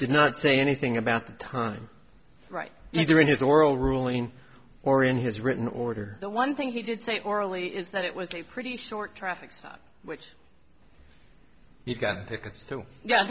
did not say anything about the time right either in his oral ruling or in his written order the one thing he did say orally is that it was a pretty short traffic stop which he got tickets to ye